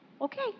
Okay